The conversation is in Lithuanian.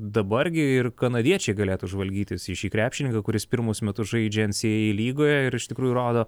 dabar gi ir kanadiečiai galėtų žvalgytis į šį krepšininką kuris pirmus metus žaidžia ensyeiei lygoje ir iš tikrųjų rodo